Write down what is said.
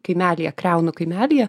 kaimelyje kriaunu kaimelyje